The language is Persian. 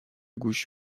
گوش